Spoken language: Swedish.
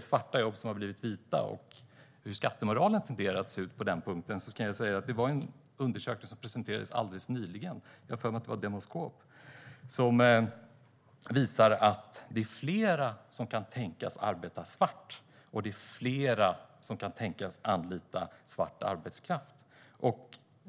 svarta jobb som har blivit vita och hur skattemoralen tenderar att se ut på den punkten kan jag säga att det var en undersökning som presenterades alldeles nyligen - jag har för mig att det var av Demoskop - som visar att det är flera som kan tänkas arbeta svart, och det är flera som kan tänkas anlita svart arbetskraft.